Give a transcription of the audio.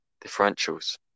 differentials